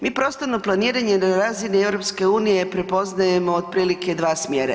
Mi prostorno planiranje na razini EU prepoznajemo otprilike 2 smjera.